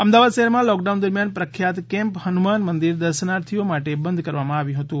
અમદાવાદ શહેરમાં લોકડાઉન દરમ્યાન પ્રખ્યાત કેમ્પ હનુમાન મંદિર દર્શનાર્થીઓ માટે બંધ કરવામાં આવ્યું હતું